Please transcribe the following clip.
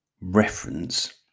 reference